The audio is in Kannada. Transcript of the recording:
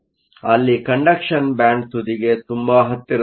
ಅಲ್ಲಿ ಕಂಡಕ್ಷನ್ ಬ್ಯಾಂಡ್ ತುದಿಗೆ ತುಂಬಾ ಹತ್ತಿರದಲ್ಲಿದೆ